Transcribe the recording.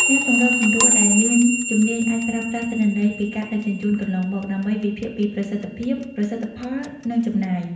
អ្នកសម្របសម្រួលដែលមានជំនាញអាចប្រើប្រាស់ទិន្នន័យពីការដឹកជញ្ជូនកន្លងមក ដើម្បីវិភាគពីប្រសិទ្ធភាព ប្រសិទ្ធផល និងចំណាយ។